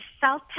South